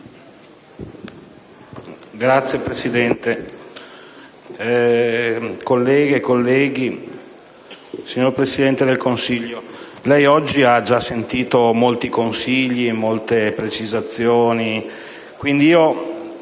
Signora Presidente, colleghe e colleghi, signor Presidente del Consiglio, lei oggi ha già ascoltato molti consigli e molte precisazioni, quindi la